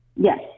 Yes